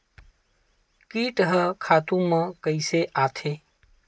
कीट ह खातु म कइसे आथे?